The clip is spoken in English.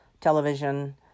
television